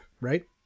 right